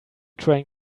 trying